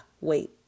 wait